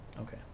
Okay